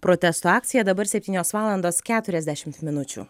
protesto akciją dabar septynios valandos keturiasdešimt minučių